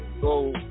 go